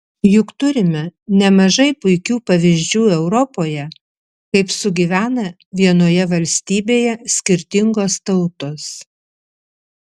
juk turime nemažai puikių pavyzdžių europoje kaip sugyvena vienoje valstybėje skirtingos tautos